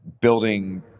building